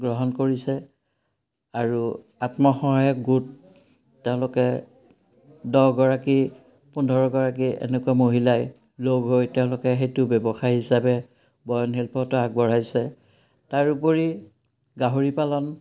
গ্ৰহণ কৰিছে আৰু আত্মসহায়ক গোট তেওঁলোকে দহগৰাকী পোন্ধৰগৰাকী এনেকুৱা মহিলাই লগ হৈ তেওঁলোকে সেইটো ব্যৱসায় হিচাপে বয়নশিল্পটো আগবঢ়াইছে তাৰ উপৰি গাহৰি পালন